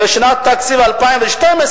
ובשנת התקציב 2012,